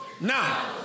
Now